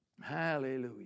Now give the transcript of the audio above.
Hallelujah